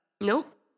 nope